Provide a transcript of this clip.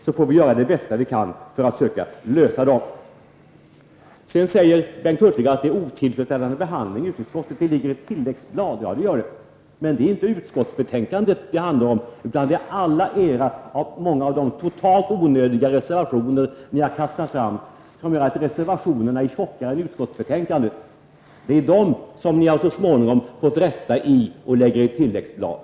Vi får då göra det bästa vi kan för att försöka lösa dessa. Bengt Hurtig säger vidare att utskottets behandling varit otillfredsställande och att ett tecken på det är att det kommit ut tilläggsblad. Men dessa tilläggsblad gäller inte utskottets betänkande, utan det är era reservationer, många totalt onödiga, som ni så småningom fått rätta i tilläggsblad.